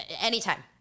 Anytime